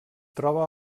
troba